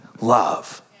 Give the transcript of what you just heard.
love